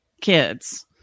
kids